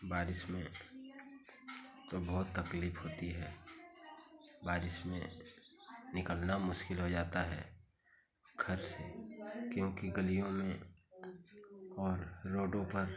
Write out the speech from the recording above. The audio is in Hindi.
बारिश में काे बहुत तकलीफ़ होती है बारिश में निकलना मुश्किल हो जाता है घर से क्योंकि गलियों में और रोडों पर